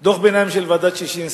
דוח ביניים של ועדת-ששינסקי,